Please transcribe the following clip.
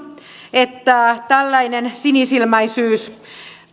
että tällainen sinisilmäisyys